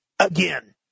again